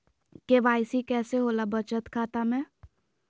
KYC कैसे होला बचत खाता में?